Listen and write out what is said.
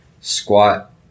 squat